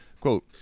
Quote